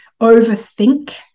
overthink